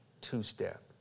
two-step